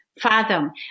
fathom